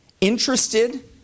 interested